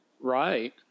Right